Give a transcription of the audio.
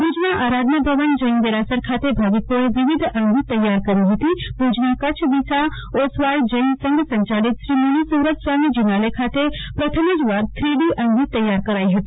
ભુજના આરાધના ભવન જૈન દરાસર ખાતે ભાવિકોએ વિવિધ આંગી તૈયાર કરી હતી ભુજના કચ્છ વિસા ઓસવાળ જૈન સંઘ સંયાલિત શ્રી મુની સુવ્રત સ્વામી જીનાલય ખાતે પ્રથમજવાર થ્રીડી આંગી તૈયાર કરાઈ હતી